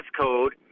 code